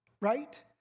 right